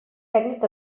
tècnic